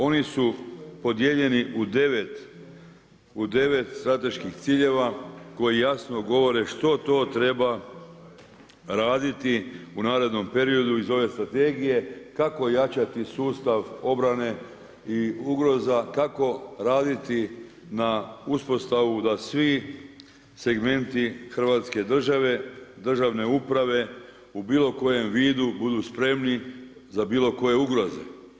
Oni su podijeljeni u devet strateških ciljeva koji jasno govore što to treba raditi u narednom periodu iz ove strategije, kako ojačati sustav obrane i ugroza, kako raditi na uspostavi da svi segmenti Hrvatske države, državne uprave u bilo kojem vidu budu spremni za bilo koje ugroze.